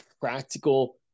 practical